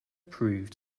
proved